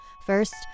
First